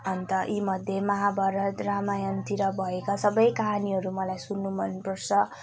अन्त यी मध्ये महाभारत रामायणतिर भएका सबै कहानीहरू मलाई सुन्नु मनपर्छ